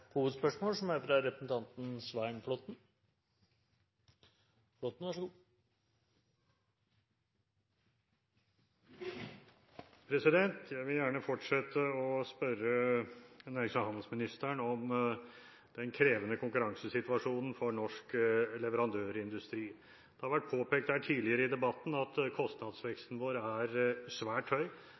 hovedspørsmål. Jeg vil gjerne fortsette med å spørre nærings- og handelsministeren om den krevende konkurransesituasjonen for norsk leverandørindustri. Det har vært påpekt tidligere i debatten at kostnadsveksten vår er svært høy.